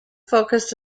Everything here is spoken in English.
focused